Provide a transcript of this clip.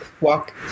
walk